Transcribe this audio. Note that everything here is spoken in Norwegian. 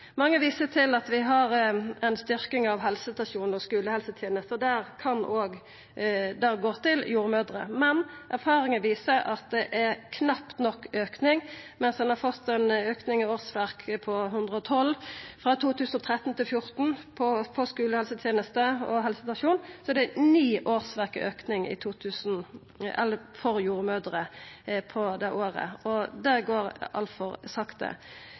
Mange viser til at vi har ei styrking av helsestasjonar og skulehelseteneste. Det kan òg gå til jordmødrer. Men erfaringar viser at det knapt nok er auke – mens ein har fått ein auke i årsverk på 112 frå 2013 til 2014 på skulehelseteneste og helsestasjon, er det 9 årsverk auke for jordmødrer på det året, og det går altfor sakte.